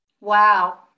Wow